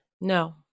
No